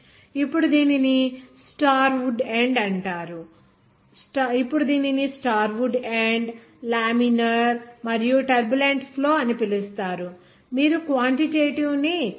ఇప్పుడు దీనిని స్టార్వుడ్ ఎండ్ లామినార్ మరియు టర్బులెంట్ ఫ్లో అని పిలుస్తారు మీరు క్వాంటిటేటివ్ ని ఎలా యాక్సెస్ చేస్తారు